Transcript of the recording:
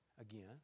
again